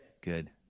Good